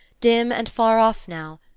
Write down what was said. dim and far off now,